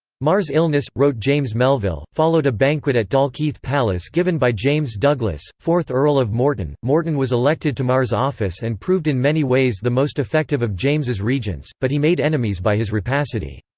mar's illness, wrote james melville, followed a banquet at dalkeith palace given by james douglas, fourth earl of morton morton was elected to mar's office and proved in many ways the most effective of james's regents, but he made enemies by his rapacity.